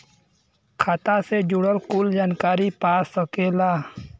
खाता से जुड़ल कुल जानकारी पा सकेला